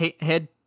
head